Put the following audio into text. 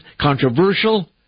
controversial